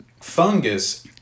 fungus